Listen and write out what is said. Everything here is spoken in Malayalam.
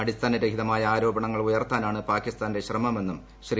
അടിസ്ഥാനരഹിതമായ ആരോപണങ്ങൾ ഉയർത്താനാണ് പാകിസ്ഥാന്റെ ശ്രമമെന്നും ശ്രീ